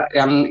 yang